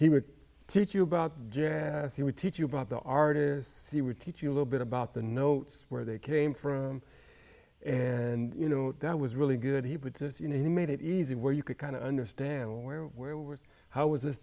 he would teach you about jazz he would teach you about the artists he would teach you a little bit about the notes where they came from and you know that was really good he would just you know he made it easy where you could kind of understand where where we were how was this